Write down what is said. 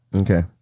Okay